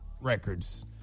records